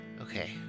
Okay